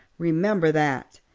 remember that.